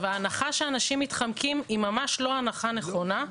ההנחה שאנשים מתחמקים היא ממש לא הנחה נכונה.